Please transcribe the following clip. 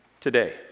today